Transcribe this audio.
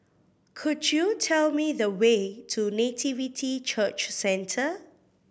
could you tell me the way to Nativity Church Centre